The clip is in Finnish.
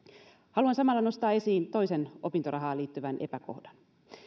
haluan samalla nostaa esiin toisen opintorahaan liittyvän epäkohdan